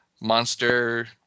monster